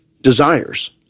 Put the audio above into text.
desires